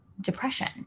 depression